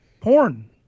porn